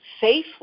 safely